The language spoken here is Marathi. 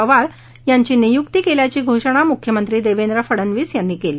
पवार यांची नियुक्ती केल्याची घोषणा मुख्यमंत्री देवेंद्र फडनवीस यांनी केली